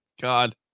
god